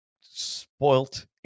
spoilt